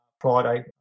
Friday